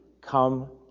come